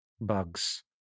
bugs